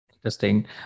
Interesting